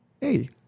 Hey